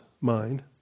mind